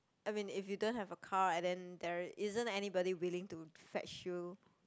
I mean if you don't have a car and then there isn't anybody willing to fetch you